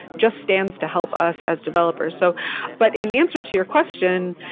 just stands to help us as developers. so but in answer to your question,